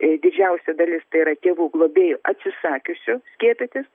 didžiausia dalis tai yra tėvų globėjų atsisakiusių skiepytis